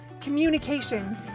communication